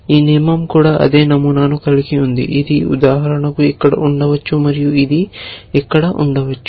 ఈ నియమం కూడా అదే నమూనాను కలిగి ఉంది ఇది ఉదాహరణకు ఇక్కడ ఉండవచ్చు మరియు ఇది ఇక్కడ ఉండవచ్చు